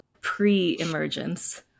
pre-emergence